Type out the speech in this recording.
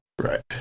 Right